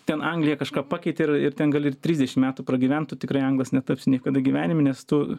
ten anglija kažką pakeitė ir ir ten gali ir trisdešim metų pragyvent tu tikrai anglas netapsi niekada gyvenime nes tu